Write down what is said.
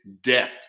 death